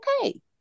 okay